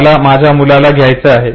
मला माझ्या मुलाला घ्यायचे आहे